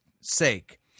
sake